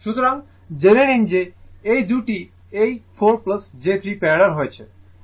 সুতরাং জেনে নিন যে এই 2 টি এই 4 j 3 প্যারালালে রয়েছে এবং প্যারালাল ভাবে ইকুইভালেন্ট বলুন